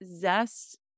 zest